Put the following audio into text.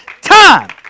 time